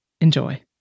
Enjoy